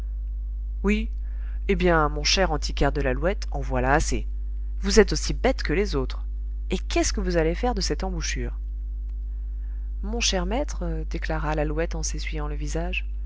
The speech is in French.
oui eh bien mon cher antiquaire de lalouette en voilà assez vous êtes aussi bête que les autres et qu'est-ce que vous allez faire de cette embouchure mon cher maître déclara lalouette en s'essuyant le visage